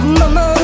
mama